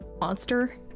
monster